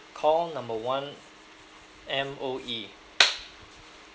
call number one M_O_E